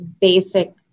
basic